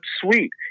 Sweet